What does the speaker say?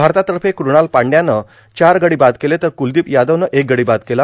भारतातफ कृणाल पांडयानं चार गडी बाद केले तर कुलदोप यादवनं एक गडी बाद केला